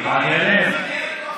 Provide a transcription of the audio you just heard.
נא להיות בשקט.